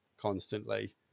constantly